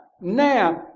now